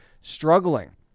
struggling